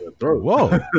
whoa